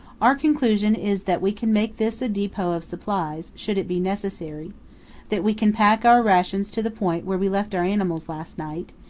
our conclusion is that we can make this a depot of supplies, should it be necessary that we can pack our rations to the point where we left our animals last night,